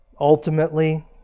Ultimately